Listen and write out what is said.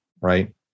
right